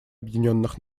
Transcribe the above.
объединенных